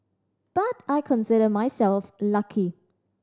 but I consider myself lucky